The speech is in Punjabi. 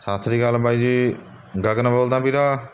ਸਤਿ ਸ਼੍ਰੀ ਅਕਾਲ ਬਾਈ ਜੀ ਗਗਨ ਬੋਲਦਾ ਵੀਰਾ